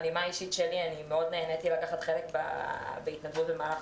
בנימה האישית שלי אני מאוד נהניתי לקחת חלק בהתנדבות במהלך